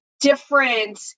different